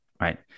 right